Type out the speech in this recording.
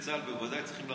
צריך להיות